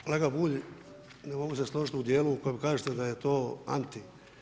Kolega Bulj, ne mogu se složiti u dijelu u kojem kažete da je to anti.